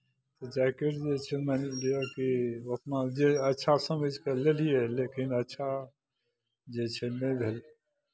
jacket जे छै मानि लिअ कि ओतना जे अच्छा समझि कऽ लेलियै लेकिन अच्छा जे छै नहि भेलै